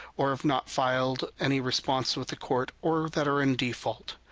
or have not filed any response with the court, or that are in default.